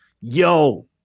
Yo